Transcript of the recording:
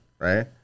Right